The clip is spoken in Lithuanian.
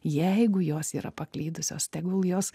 jeigu jos yra paklydusios tegul jos